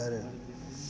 घरु